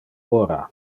ora